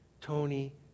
Tony